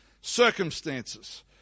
circumstances